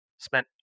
spent